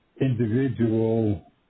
individual